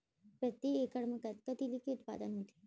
प्रति एकड़ मा कतना तिलि के उत्पादन होथे?